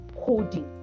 coding